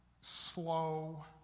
slow